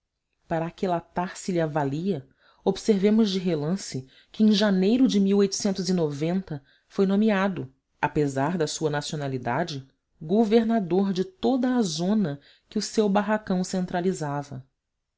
para aquilatar se lhe a valia observemos de relance que em janeiro de foi nomeado apesar da sua nacionalidade governador de toda a zona que o seu barracão centralizava